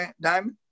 diamond